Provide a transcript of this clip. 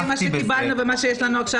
אם אנחנו נשווה מה שקיבלנו ומה שיש לנו עכשיו,